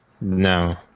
No